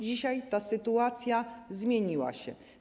Dzisiaj ta sytuacja zmieniła się.